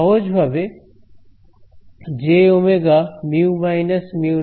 সহজভাবে jωμ − μ0 H